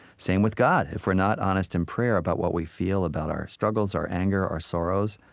same with god. if we're not honest in prayer about what we feel about our struggles, our anger, our sorrows,